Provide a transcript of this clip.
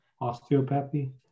osteopathy